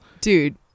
Dude